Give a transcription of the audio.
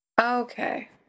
Okay